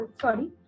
sorry